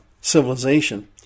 civilization